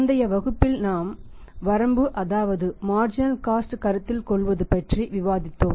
முந்தைய வகுப்பில் முதல் வரம்பு அதாவது மார்ஜினல் காஸ்ட் கருத்தில் கொள்வதுபற்றி விவாதித்தோம்